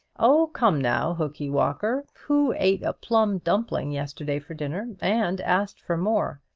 oh, come now, hookee walker. who ate a plum-dumpling yesterday for dinner, and asked for more?